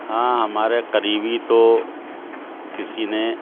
ہاں ہمارے قریبی تو کسی نے